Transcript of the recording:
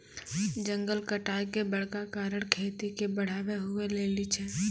जंगल कटाय के बड़का कारण खेती के बढ़ाबै हुवै लेली छै